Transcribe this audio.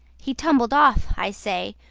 he tumbled off, i say,